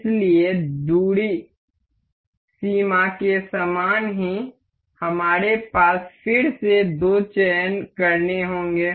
इसलिए दूरी सीमा के समान ही हमारे पास फिर से दो चयन करने होंगे